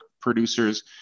producers